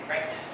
Right